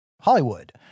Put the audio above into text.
Hollywood